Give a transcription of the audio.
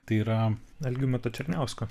tai yra algimanto černiausko